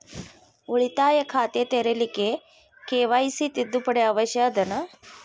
ಉಳಿತಾಯ ಖಾತೆ ತೆರಿಲಿಕ್ಕೆ ಕೆ.ವೈ.ಸಿ ತಿದ್ದುಪಡಿ ಅವಶ್ಯ ಅದನಾ?